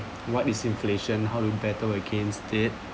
what is inflation how to battle against it